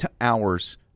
hours